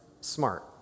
smart